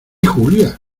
julia